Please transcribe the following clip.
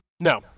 no